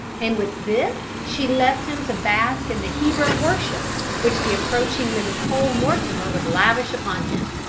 and with this she left him to bask in the hero-worship which the approaching mrs. cole-mortimer would lavish upon him.